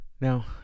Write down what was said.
Now